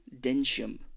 Densham